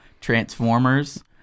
Transformers